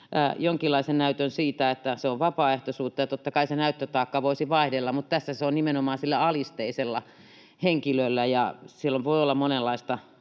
jonkinlaisen näytön siitä, että se on vapaaehtoisuutta, ja totta kai se näyttötaakka voisi vaihdella. Mutta tässä se on nimenomaan sillä alisteisella henkilöllä, ja silloin voi olla monenlaista